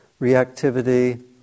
reactivity